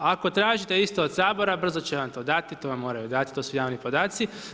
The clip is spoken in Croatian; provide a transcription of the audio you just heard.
Ako tražite isto od Sabora, brzo će vam to dati, to vam moraju dati, to su javni podaci.